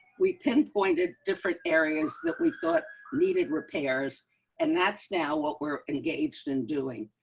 we pinpointed different areas that we thought needed repairs and that's now what we're engaged in doing